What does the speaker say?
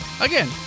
Again